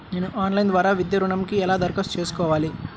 నేను ఆన్లైన్ ద్వారా విద్యా ఋణంకి ఎలా దరఖాస్తు చేసుకోవాలి?